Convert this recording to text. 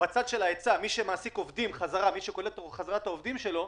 למי שקולט חזרה את העובדים שלו.